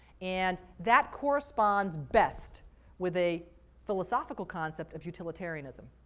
and that corresponds best with a philosophical concept of utilitarianism,